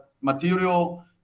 material